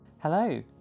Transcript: Hello